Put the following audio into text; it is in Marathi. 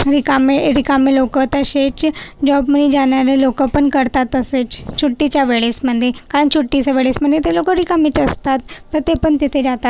रिकामे रिकामे लोक तसेच जॉबमध्ये जाणारे लोक पण करतात तसेच छुट्टीच्या वेळेसमध्ये कारण छुट्टीच्या वेळेसमध्ये ते लोकं रिकामेच असतात तर ते पण तिथे जातात